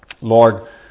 Lord